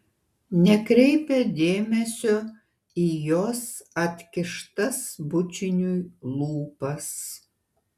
nekreipia dėmesio į jos atkištas bučiniui lūpas